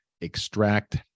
extract